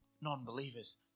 non-believers